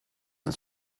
and